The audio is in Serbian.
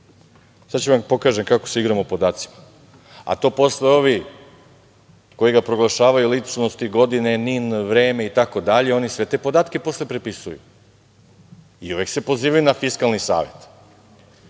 ću da vam pokažem kako se igramo podacima, a to posle ovi koji ga proglašavaju ličnošću godine, NIN, „Vreme“, itd, oni sve te podatke posle prepisuju i uvek se pozivaju na Fiskalni savet.